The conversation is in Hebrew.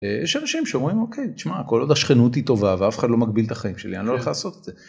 ‫יש אנשים שאומרים, אוקיי, תשמע, ‫כל עוד השכנות היא טובה, ‫ואף אחד לא מגביל את החיים שלי, ‫אני לא הולך לעשות את זה.